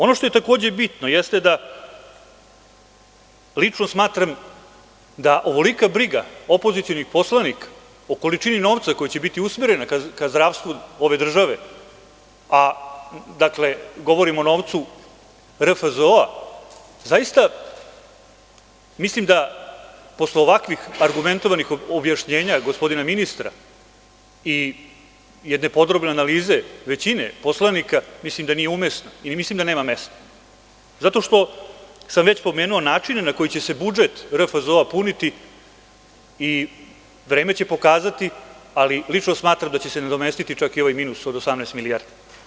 Ono što je takođe bitno jeste da lično smatram da ovolika briga opozicionih poslanika o količini novca koja će biti usmerena ka zdravstvu ove države, a govorim o novcu RFZO, zaista mislim da posle ovako argumentovanih objašnjenja gospodina ministra i jedne podrobne analize većine poslanika nije umesna i mislim da nema mesta zato što već sam pomenuo načine na koji će se budžet RFZO puniti i, vreme će pokazati, lično smatram da će se nadomestiti čak i ovaj minus od 18 milijardi.